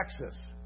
Texas